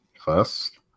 first